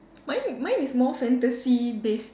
mine mine is more fantasy based